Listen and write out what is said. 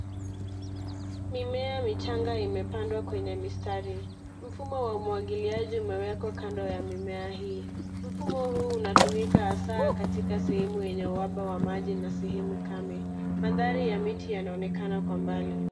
Mimea michanga imepandwa kwenye mistari. Mfumo wa umwagiliaji umewekwa kwa kando ya mimea hii, mfumo huu unatumika hasaa katika sehemu yenye uhaba wa maji na sehemu kame, mandhari ya miti yanaonekana kwa mbali.